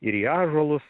ir į ąžuolus